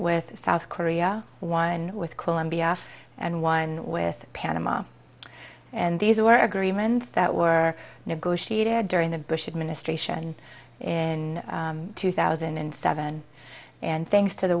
with south korea one with colombia and one with panama and these were agreements that were negotiated during the bush administration in two thousand and seven and thanks to the